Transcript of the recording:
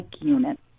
unit